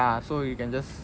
ya so you can just